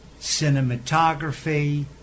cinematography